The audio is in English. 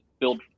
build